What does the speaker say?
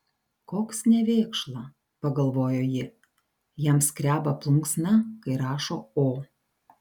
koks nevėkšla pagalvojo ji jam skreba plunksna kai rašo o